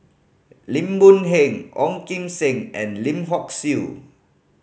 Lim Boon Heng Ong Kim Seng and Lim Hock Siew